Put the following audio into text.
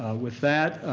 with that,